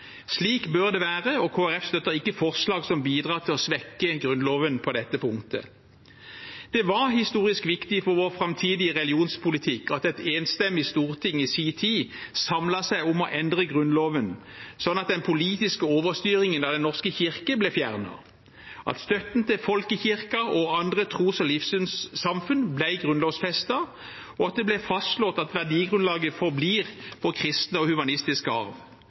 Slik bør det være, og Kristelig Folkeparti støtter ikke forslag som bidrar til å svekke Grunnloven på dette punktet. Det var historisk viktig for vår framtidige religionspolitikk at et enstemmig storting i sin tid samlet seg om å endre Grunnloven, sånn at den politiske overstyringen av Den norske kirke ble fjernet, at støtten til folkekirken og andre tros- og livssynssamfunn ble grunnlovfestet, og at det ble fastslått at verdigrunnlaget forblir vår kristne og humanistiske arv.